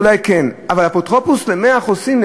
אולי כן, אבל אפוטרופוס ל-100 חוסים?